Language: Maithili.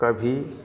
कभी